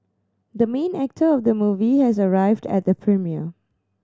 the main actor of the movie has arrived at the premiere